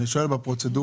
אני שואל לגבי הפרוצדורה.